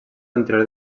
anterior